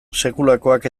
sekulakoak